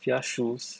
fila shoes